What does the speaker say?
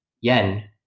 Yen